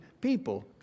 people